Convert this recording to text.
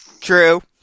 True